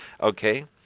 okay